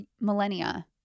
millennia